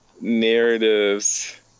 narratives